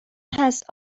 هست